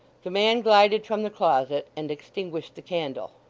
the man glided from the closet, and extinguished the candle.